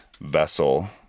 vessel